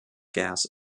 gas